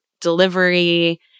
delivery